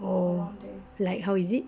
oh like how is it